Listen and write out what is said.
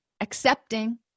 accepting